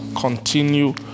continue